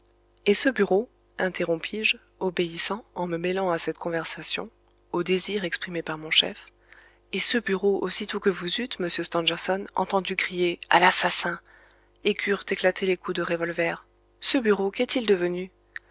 et ce bureau interrompis-je obéissant en me mêlant à cette conversation aux désirs exprimés par mon chef et ce bureau aussitôt que vous eûtes monsieur stangerson entendu crier à l'assassin et qu'eurent éclaté les coups de revolver ce bureau qu'est-il devenu